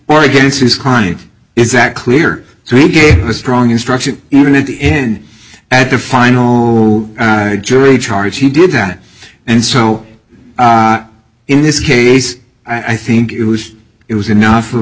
or against his client is that clear so he gave a strong instruction even at the end at the final jury charge he did that and so in this case i i think it was it was enough for